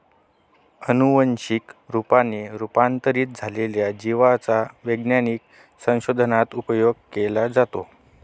अनुवंशिक रूपाने रूपांतरित झालेल्या जिवांचा वैज्ञानिक संशोधनात उपयोग केला जातो